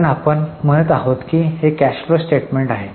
कारण आपण म्हणत आहोत की हे कॅश फ्लो स्टेटमेंट आहे